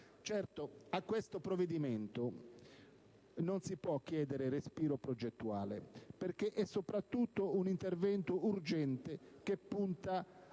Certo, a questo provvedimento non si può chiedere respiro progettuale, perché è soprattutto un intervento urgente che punta